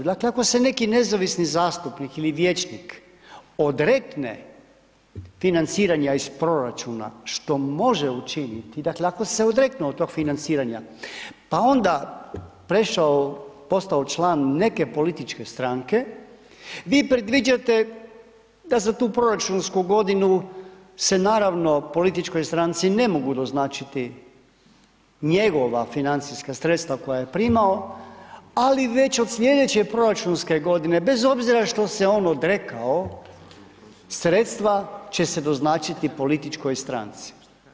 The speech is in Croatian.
Dakle ako se neki nezavisni zastupnik ili vijećnik odrekne financiranja iz proračuna što može učiniti, dakle ako se odreknu od tog financiranja, pa onda prešao, postao član neke političke stranke vi predviđate da za tu proračunsku godinu se naravno političkoj stranci ne mogu doznačiti njegova financijska sredstva koja je primao ali već od sljedeće proračunske godine bez obzira što se on odrekao sredstva će se doznačiti političkoj stranci.